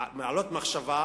להעלות מחשבה